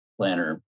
Planner